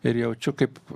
ir jaučiu kaip